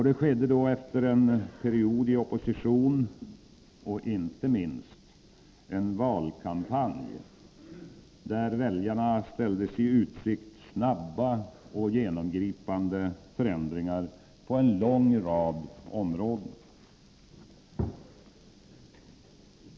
Det skedde efter en period i opposition och, inte minst, en valkampanj där väljarna ställdes i utsikt snabba och genomgripande förändringar på en lång rad områden.